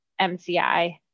MCI